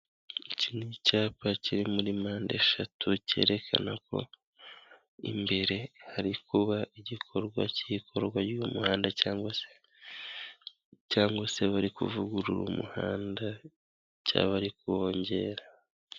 Iki ni icyapa kiri muri mpandeshatu, cyerekana ko imbere hari kuba igikorwa cy'ikorwa ry'uyu muhanda, cyangwa se bari kuvugurura umuhanda, cyangwa bari kuwongera.